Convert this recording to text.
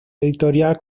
editorial